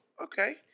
okay